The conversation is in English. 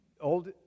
Old